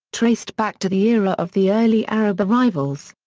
traced back to the era of the early arab arrivals.